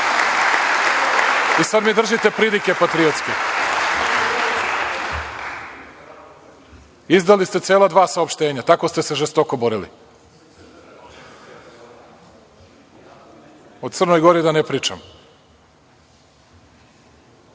Sada mi držite pridike patriotske. Izdali ste cela dva saopštenja. Tako ste se žestoko borili. O Crnoj Gori da ne pričam. Jel